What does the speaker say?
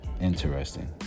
Interesting